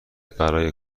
برای